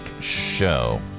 Show